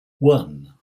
one